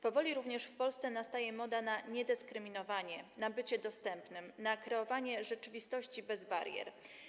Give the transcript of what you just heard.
Powoli również w Polsce nastaje moda na niedyskryminowanie, na bycie dostępnym, na kreowanie rzeczywistości bez barier.